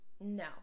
no